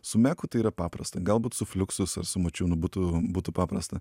su meku tai yra paprasta galbūt su fluksus ar su mačiūnu būtų būtų paprasta